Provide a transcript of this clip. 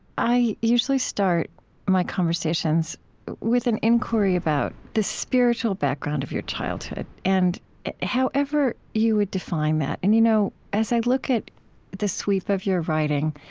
i usually start my conversations with an inquiry about the spiritual background of your childhood. and however you would define that. and, you know as i look at the sweep of your writing,